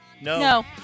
no